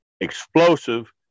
explosive